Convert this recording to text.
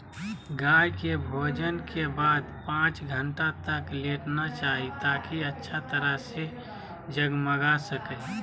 गाय के भोजन के बाद पांच घंटा तक लेटना चाहि, ताकि अच्छा तरह से जगमगा सकै